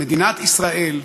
מדינת ישראל,